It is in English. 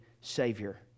Savior